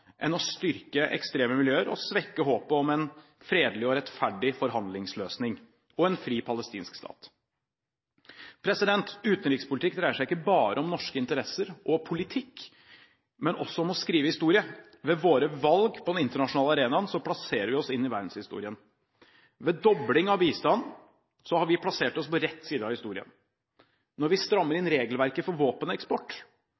styrke ekstreme miljøer og svekke håpet om en fredelig og rettferdig forhandlingsløsning og en fri, palestinsk stat. Utenrikspolitikk dreier seg ikke bare om norske interesser og politikk, men også om å skrive historie. Ved våre valg på den internasjonale arenaen plasserer vi oss inn i verdenshistorien. Med dobling av bistanden har vi plassert oss på rett side av historien. Når vi strammer